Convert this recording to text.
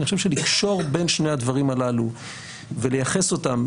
לקשור בין שני הדברים הללו ולייחס אותם,